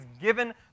given